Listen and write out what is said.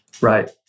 Right